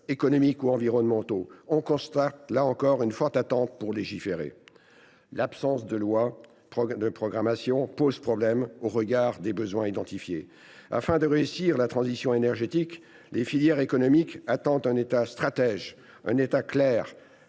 économiques ou environnementaux, on constate une forte attente pour légiférer. L’absence de loi de programmation pose en outre problème au regard des besoins identifiés. Afin de réussir la transition énergétique, les filières économiques attendent un État stratège, un cap clair,